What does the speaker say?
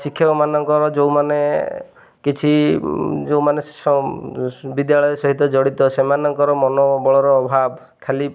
ଶିକ୍ଷକମାନଙ୍କର ଯେଉଁମାନେ କିଛି ଯେଉଁମାନେ ବିଦ୍ୟାଳୟ ସହିତ ଜଡ଼ିତ ସେମାନଙ୍କର ମନୋବଳର ଅଭାବ ଖାଲି